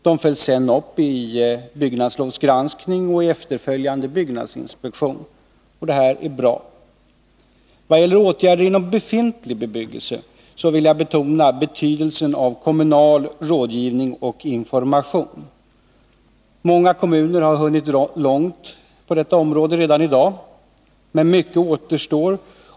De följs sedan upp i byggnadslovsgranskning och i efterföljande byggnadsinspektion. Detta är bra. Vad gäller åtgärder inom befintlig bebyggelse vill jag betona betydelsen av kommunal rådgivning och information. Många kommuner har hunnit långt på detta område redan i dag, men mycket återstår.